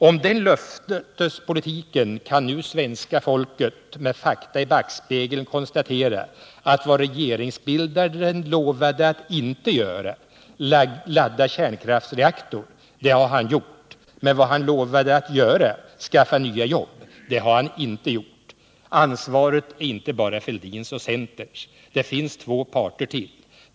Om den löftespolitiken kan nu svenska folket med fakta i backspegeln konstatera att vad regeringsbildaren lovade att inte göra — ladda kärnkraftsreaktorn — det har han gjort. Men vad han lovade att göra — skaffa nya jobb — det har han inte gjort. Ansvaret är inte bara Fälldins och centerns. Det finns två parter till.